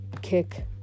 kick